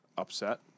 Upset